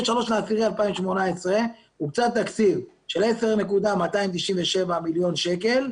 ב-23.10.2018 הוקצה תקציב של 10,297,000 מיליון שקל.